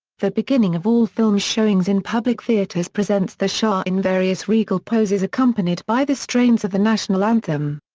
the beginning of all film showings in public theaters presents the shah in various regal poses accompanied by the strains of the national anthem.